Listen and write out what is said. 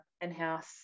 in-house